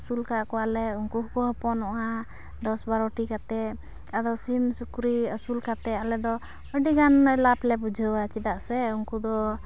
ᱟᱹᱥᱩᱞ ᱟᱠᱟᱫ ᱠᱚᱣᱟᱞᱮ ᱩᱱᱠᱩ ᱦᱚᱸᱠᱚ ᱦᱚᱯᱚᱱᱚᱜᱼᱟ ᱫᱚᱥ ᱵᱟᱨᱳᱴᱤ ᱠᱟᱛᱮᱫ ᱟᱫᱚ ᱥᱤᱢ ᱥᱩᱠᱨᱤ ᱟᱹᱥᱩᱞ ᱠᱟᱛᱮᱫ ᱟᱞᱮᱫᱚ ᱟᱹᱰᱤᱜᱟᱱᱞᱮ ᱞᱟᱵᱷᱞᱮ ᱵᱩᱡᱷᱟᱹᱣᱼᱟ ᱪᱮᱫᱟᱜ ᱥᱮ ᱩᱱᱠᱚ ᱫᱚ